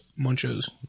Munchos